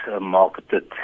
marketed